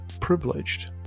privileged